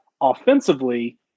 Offensively